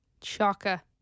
Chaka